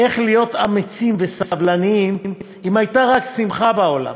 איך להיות אמיצים וסבלנים אם הייתה רק שמחה בעולם.